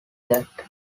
that